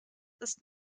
ist